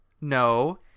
No